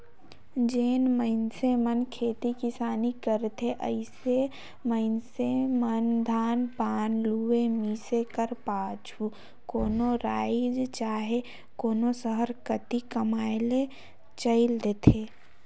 जेन मइनसे मन खेती किसानी करथे अइसन मइनसे मन धान पान लुए, मिसे कर पाछू कोनो राएज चहे कोनो सहर कती कमाए ले चइल देथे